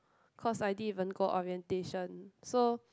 cause I didn't even go orientation so